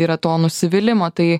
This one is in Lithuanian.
yra to nusivylimo tai